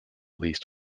least